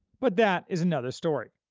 but that is another story.